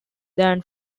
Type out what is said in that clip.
than